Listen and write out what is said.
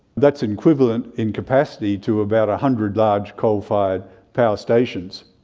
that's equivalent, in capacity, to about a hundred large coal-fired power stations.